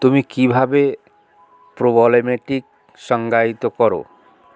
তুমি কিভাবে প্রবলেম্যাটিক সংজ্ঞায়িত করো